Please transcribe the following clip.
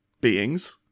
beings